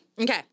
Okay